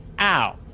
Ow